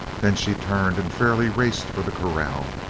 then she turned and fairly raced for the corral.